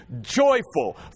joyful